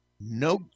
No